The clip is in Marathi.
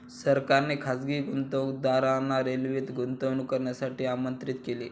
सरकारने खासगी गुंतवणूकदारांना रेल्वेत गुंतवणूक करण्यासाठी आमंत्रित केले